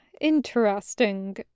interesting